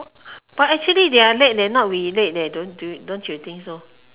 but actually they are late leh not we late leh don't you don't you think so